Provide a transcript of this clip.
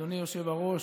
אדוני היושב-ראש,